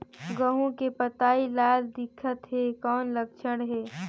गहूं के पतई लाल दिखत हे कौन लक्षण हे?